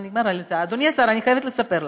חייבת לספר לך: